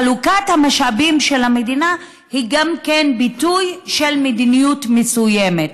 חלוקת המשאבים של המדינה היא גם כן ביטוי של מדיניות מסוימת.